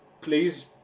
please